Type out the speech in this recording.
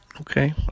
okay